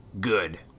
good